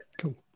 Cool